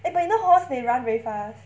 eh but you know horse they run very fast